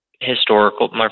historical